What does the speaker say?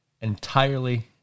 Entirely